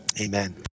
Amen